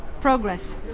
Progress